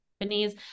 companies